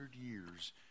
years